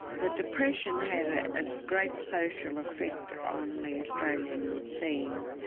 the depression had a great social effect on the australian scene,